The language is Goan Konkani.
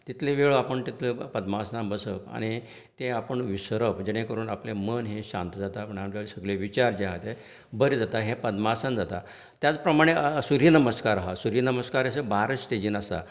तितले वेळ आपूण तितले पद्मासनांत बसप आनी तें आपूण विसरप जेणे करून आपलें मन हे शांत जाता विचार जे आसा तें बरें जाता हे पद्मासन जाता त्याच प्रमाणे सुर्य नमस्कार हा सुर्य नमस्कार अशें बारा स्टेजींत आसात